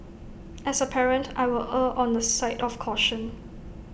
as A parent I will err on the side of caution